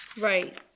Right